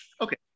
Okay